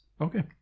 okay